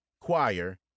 choir